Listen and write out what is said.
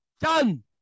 done